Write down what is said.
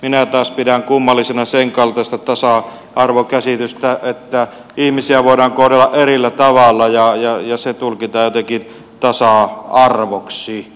minä taas pidän kummallisena senkaltaista tasa arvokäsitystä että ihmisiä voidaan kohdella eri tavalla ja se tulkitaan jotenkin tasa arvoksi